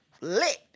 lit